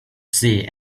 see